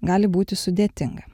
gali būti sudėtinga